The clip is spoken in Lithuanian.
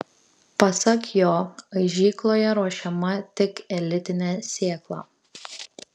pasak jo aižykloje ruošiama tik elitinė sėkla